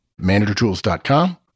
ManagerTools.com